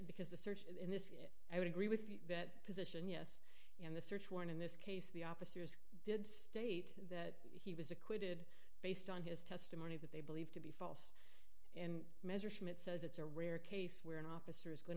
because the search in this i would agree with that position yes and the search warrant in this case the opposite did state that he was acquitted based on his testimony that they believe to be false and measure schmidt says it's a rare case where an officer is going